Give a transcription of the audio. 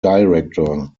director